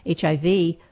HIV